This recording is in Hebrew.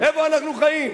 איפה אנחנו חיים?